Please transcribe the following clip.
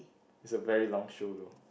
it's a very long show though